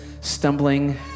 stumbling